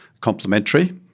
complementary